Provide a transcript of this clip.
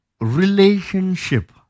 relationship